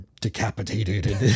decapitated